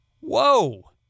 Whoa